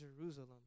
Jerusalem